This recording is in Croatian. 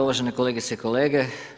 Uvažene kolegice i kolege.